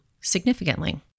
significantly